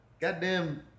goddamn